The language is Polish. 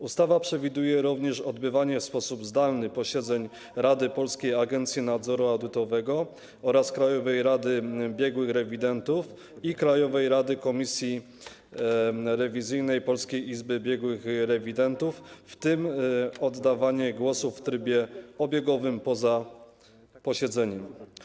Ustawa przewiduje również odbywanie w sposób zdalny posiedzeń Rady Polskiej Agencji Nadzoru Audytowego oraz Krajowej Rady Biegłych Rewidentów i Krajowej Komisji Rewizyjnej Polskiej Izby Biegłych Rewidentów, w tym oddawanie głosów w trybie obiegowym poza posiedzeniem.